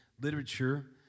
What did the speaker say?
literature